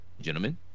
Gentlemen